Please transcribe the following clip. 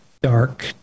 dark